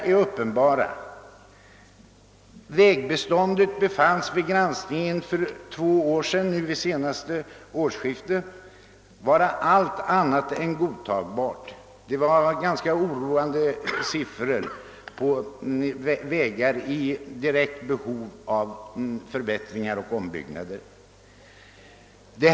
Vid en granskning av vägbeståndet för nu vid årsskiftet två år sedan befanns detta vara allt annat än godtagbart. Det framkom ganska oroande siffror beträffande det antal vägar som är i direkt behov av förbättringar och ombyggnader.